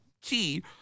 key